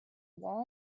wall